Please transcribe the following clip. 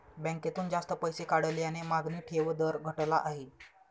बँकेतून जास्त पैसे काढल्याने मागणी ठेव दर घटला आहे